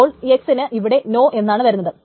അപ്പോൾ X ന് ഇവിടെ നോ എന്നാണ് വരുന്നത്